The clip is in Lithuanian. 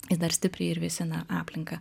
jis dar stipriai ir vėsina aplinką